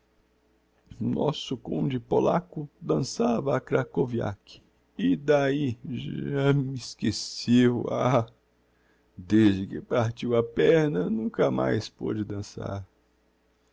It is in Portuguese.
nosso conde polaco dansava a krakoviak e d'ahi já me esqueceu ah desde que partiu a perna nunca mais pôde dansar